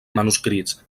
manuscrits